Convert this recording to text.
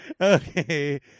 Okay